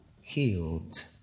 healed